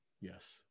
Yes